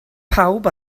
pawb